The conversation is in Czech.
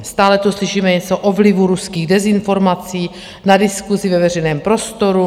Stále tu slyšíme něco o vlivu ruských dezinformací na diskusi ve veřejném prostoru.